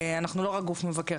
אנחנו לא רק גוף מבקר,